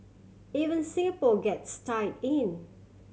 even Singapore gets tied in